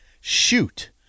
Shoot